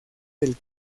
del